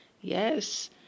Yes